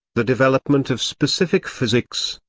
the development of specific physics,